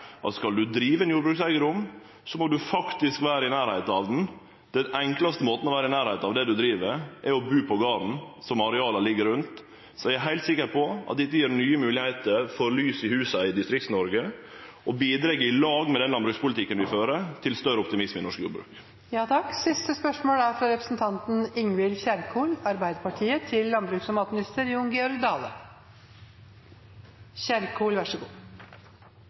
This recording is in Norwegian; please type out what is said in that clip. skal ein drive ein jordbrukseigedom, må ein faktisk vere i nærleiken av han. Den enklaste måten å vere i nærleiken av der ein driv på, er å bu på garden som areala ligg rundt. Eg er heilt sikker på at dette gjev nye moglegheiter for lys i husa i Distrikts-Noreg, og bidreg, i lag med den landbrukspolitikken vi fører, til større optimisme i norsk jordbruk. «I 2015 ble hele 12 500 dekar av Statskogs eiendommer lagt ut for salg i Trøndelag, til